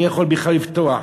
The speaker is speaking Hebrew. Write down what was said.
מי בכלל יכול לפתוח?